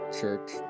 Church